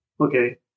Okay